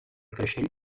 creixell